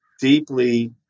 deeply